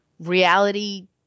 Reality